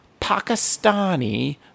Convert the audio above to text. Pakistani